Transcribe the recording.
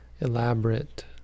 elaborate